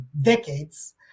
decades